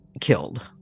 killed